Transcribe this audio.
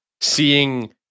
seeing